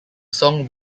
song